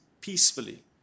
peacefully